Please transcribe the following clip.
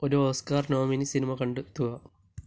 ഒരു Oscar nominee സിനിമ കണ്ടെത്തുക